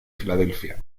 filadelfia